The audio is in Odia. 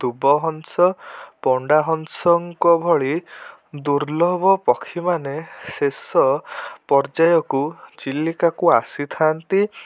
ଦୁବହଂସ ପଣ୍ଡାହଂସଙ୍କ ଭଳି ଦୁର୍ଲଭ ପକ୍ଷୀମାନେ ଶେଷ ପର୍ଯ୍ୟାୟକୁ ଚିଲିକାକୁ ଆସିଥାନ୍ତି